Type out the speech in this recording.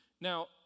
Now